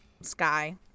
sky